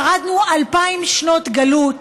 שרדנו אלפיים שנות גלות